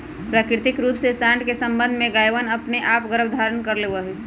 प्राकृतिक रूप से साँड के सबंध से गायवनअपने आप गर्भधारण कर लेवा हई